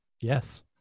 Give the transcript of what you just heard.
Yes